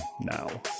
now